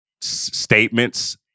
statements